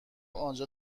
آنجا